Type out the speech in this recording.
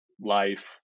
life